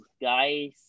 guys